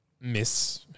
Miss